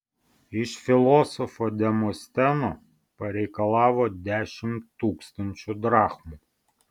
iš filosofo demosteno pareikalavo dešimt tūkstančių drachmų